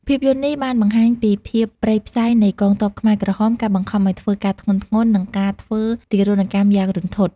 ភាពយន្តនេះបានបង្ហាញពីភាពព្រៃផ្សៃនៃកងទ័ពខ្មែរក្រហម ការបង្ខំឲ្យធ្វើការធ្ងន់ៗ និងការធ្វើទារុណកម្មយ៉ាងរន្ធត់ ។